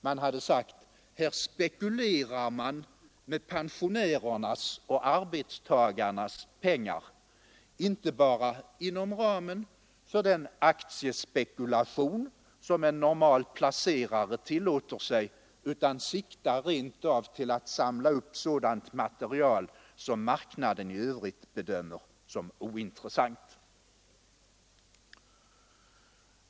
Man hade sagt: Här spekuleras det med pensionärernas och arbetstagarnas pengar, inte bara inom ramen för den aktiespekulation som en normal placerare tillåter sig utan rent av med sikte på att ta upp sådant material som marknaden i övrigt bedömer som ointressant.